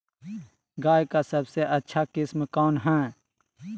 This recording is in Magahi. गाय का सबसे अच्छा किस्म कौन हैं?